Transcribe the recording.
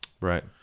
Right